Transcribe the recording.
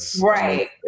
Right